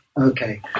okay